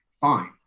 fine